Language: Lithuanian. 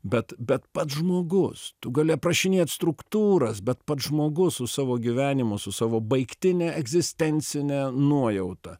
bet bet pats žmogus tu gali aprašinėt struktūras bet pats žmogus su savo gyvenimu su savo baigtine egzistencine nuojauta